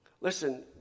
Listen